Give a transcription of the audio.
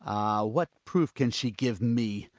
what proof can she give me!